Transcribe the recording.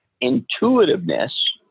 intuitiveness